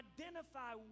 identify